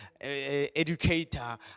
educator